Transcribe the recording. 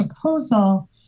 proposal